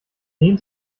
den